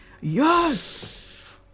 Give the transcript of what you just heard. Yes